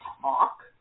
talk